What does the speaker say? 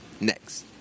Next